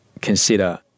consider